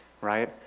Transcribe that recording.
right